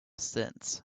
since